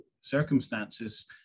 circumstances